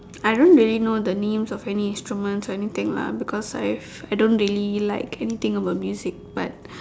I don't really know the names of any instruments or anything lah because I I don't really like anything about music but